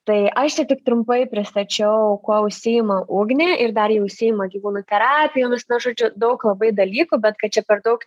tai aš čia tik trumpai pristačiau kuo užsiima ugnė ir dar ji užsiima gyvūnų terapija na žodžiu daug labai dalykų bet kad čia per daug